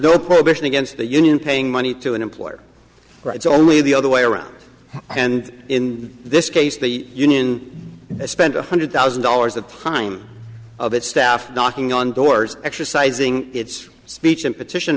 no prohibition against the union paying money to an employer or it's only the other way around and in this case the union spent one hundred thousand dollars at the time of its staff knocking on doors exercising its speech and petition